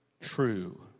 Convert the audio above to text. true